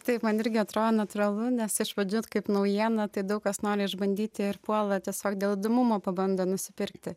taip man irgi atrodo natūralu nes iš pradžių vat kaip naujiena tai daug kas nori išbandyti ir puola tiesiog dėl įdomumo pabando nusipirkti